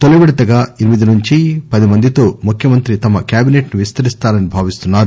తొలీ విడతగా ఎనిమిది నుంచి పది మందితో ముఖ్యమంత్రి తమ కేబినెట్ ను విస్తరిస్తారని భావిస్తున్నారు